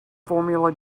formula